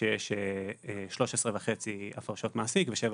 למשל רכיב אחזקת רכב שמעודד אנשים להחזיק רכב,